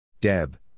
Deb